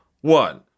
one